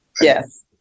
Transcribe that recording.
Yes